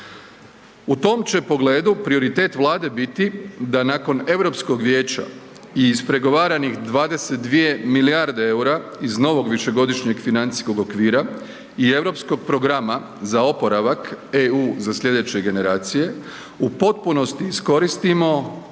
U tom će pogledu prioritet Vlade biti da nakon Europskog vijeća i ispregovaranih 22 milijarde eura iz novog višegodišnjeg financijskog okvira i Europskog programa za oporavak EU za sljedeće generacije u potpunosti iskoristimo